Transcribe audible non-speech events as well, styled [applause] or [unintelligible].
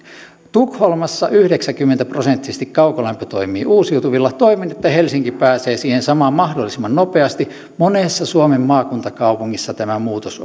tukholmassa yhdeksänkymmentä prosenttisesti kaukolämpö toimii uusiutuvilla toivon että helsinki pääsee siihen samaan mahdollisimman nopeasti monessa suomen maakuntakaupungissa tämä muutos [unintelligible]